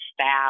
staff